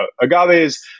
agaves